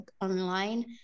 online